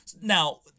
Now